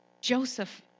Joseph